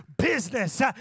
business